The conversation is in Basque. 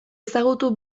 ezagutu